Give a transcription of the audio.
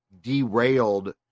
derailed